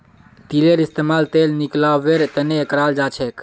तिलेर इस्तेमाल तेल निकलौव्वार तने कराल जाछेक